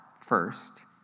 first